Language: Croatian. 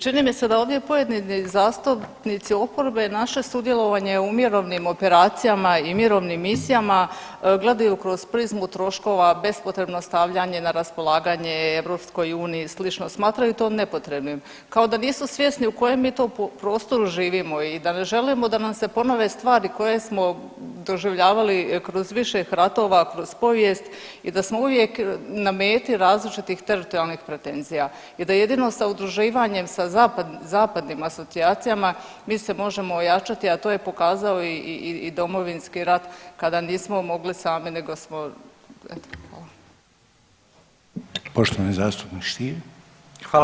Čini mi se da ovdje pojedini zastupnici oporbe naše sudjelovanje u mirovnim operacijama i mirovnim misijama gledaju kroz prizmu troškova, bespotrebno stavljanje na raspolaganje EU i slično, smatraju to nepotrebnim kao da nisu svjesni u kojem mi to prostoru živimo i da ne želimo da nam se ponove stvari koje smo doživljavali kroz više ratova kroz povijest i da smo uvijek na meti različitih teritorijalnih pretenzija i da jedino sa udruživanjem sa zapadnim asocijacijama mi se možemo ojačati, a to je pokazao i Domovinski rat kada nismo mogli samo nego smo, eto hvala.